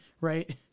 Right